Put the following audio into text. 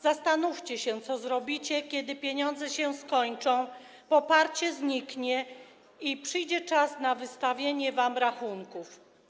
Zastanówcie się, co zrobicie, kiedy pieniądze się skończą, poparcie zniknie i przyjdzie czas na wystawienie wam rachunków.